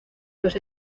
los